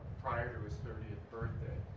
prior to his thirtieth birthday.